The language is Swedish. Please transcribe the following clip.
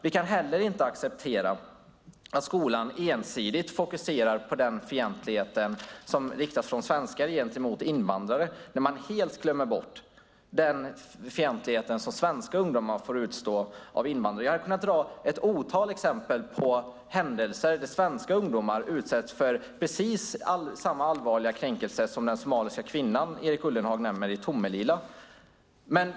Vi kan heller inte acceptera att skolan ensidigt fokuserar på den fientlighet som riktas från svenskar gentemot invandrare när man helt glömmer bort den fientlighet som svenska ungdomar får utstå av invandrare. Jag hade kunnat dra ett otal exempel på händelser där svenska ungdomar utsätts för precis samma allvarliga kränkning som den somaliska kvinna i Tomelilla som Erik Ullenhag nämner.